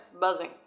buzzing